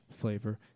flavor